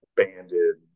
banded